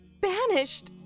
banished